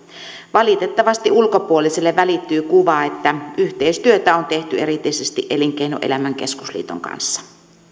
valitettavasti ulkopuoliselle välittyy kuva että yhteistyötä on tehty erityisesti elinkeinoelämän keskusliiton kanssa